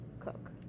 cook